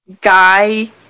guy